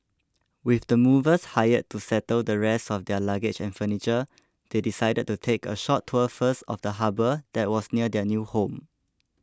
with the movers hired to settle the rest of their luggage and furniture they decided to take a short tour first of the harbour that was near their new home